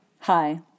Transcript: Hi